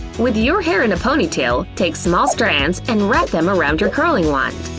with your hair in a ponytail, take small strands and wrap them around your curling wand.